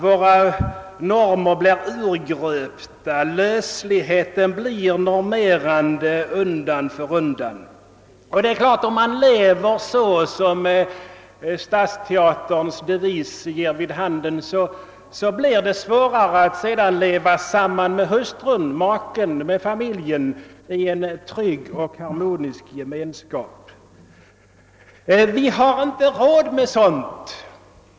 Våra normer blir urgröpta och lösligheten blir undan för undan normerande. Om man lever så som stadsteaterns devis ger vid handen, blir det självfallet svårare att sedan leva samman med hustrun, maken och familjen i en trygg och harmonisk gemenskap. Vi har inte råd med sådant.